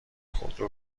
خودرو